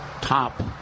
top